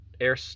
air